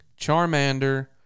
charmander